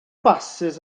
basys